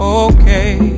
okay